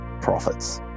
profits